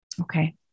Okay